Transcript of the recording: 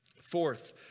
Fourth